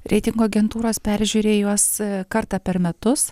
reitingų agentūros peržiūri juos kartą per metus